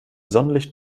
sonnenlicht